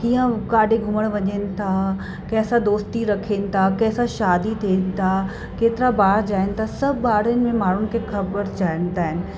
कीअं काॾे घुमणु वञनि था कंहिं सां दोस्ती रखनि था कंहिं सां शादी थियनि था केतिरा ॿार ॼाइनि था सभु बारे में माण्हुनि खे ख़बरु चाहींदा आहिनि